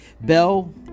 Bell